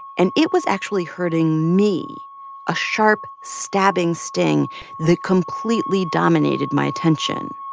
and it was actually hurting me a sharp, stabbing sting that completely dominated my attention.